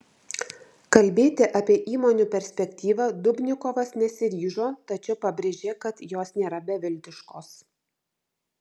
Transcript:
kalbėti apie įmonių perspektyvą dubnikovas nesiryžo tačiau pabrėžė kad jos nėra beviltiškos